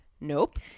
Nope